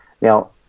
Now